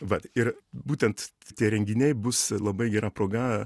vat ir būtent tie renginiai bus labai gera proga